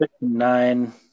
nine